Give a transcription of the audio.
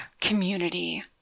community